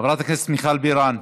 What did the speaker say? חברת הכנסת מיכל בירן,